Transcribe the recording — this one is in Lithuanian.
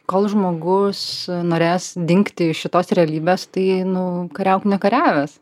kol žmogus norės dingti iš šitos realybės tai nu kariauk nekariavęs